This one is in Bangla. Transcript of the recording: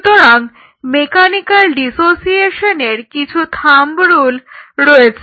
সুতরাং মেকানিক্যাল ডিসোসিয়েশনের কিছু থাম্ব রুল রয়েছে